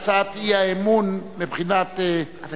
הצעת חוק לתיקון פקודת התעבורה (חובת